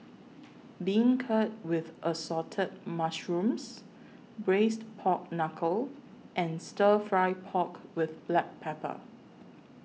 Beancurd with Assorted Mushrooms Braised Pork Knuckle and Stir Fry Pork with Black Pepper